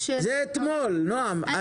זה אתמול, נעם.